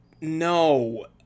No